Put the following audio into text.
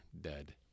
dead